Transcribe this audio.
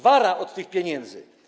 Wara od tych pieniędzy.